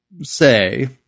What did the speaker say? say